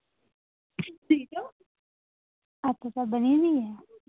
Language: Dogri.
आपके पास बनी